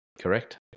Correct